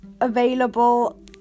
available